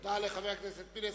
תודה לחבר הכנסת פינס.